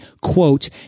quote